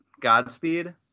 Godspeed